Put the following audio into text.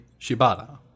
Shibata